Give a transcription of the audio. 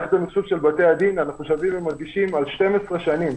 מערכת המחשוב של בתי-הדין קיימת 12 שנים.